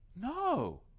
No